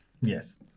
Yes